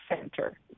center